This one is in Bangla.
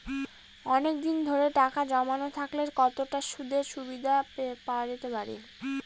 অনেকদিন ধরে টাকা জমানো থাকলে কতটা সুদের সুবিধে পাওয়া যেতে পারে?